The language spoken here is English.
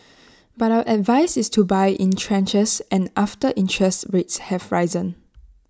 but our advice is to buy in tranches and after interest rates have risen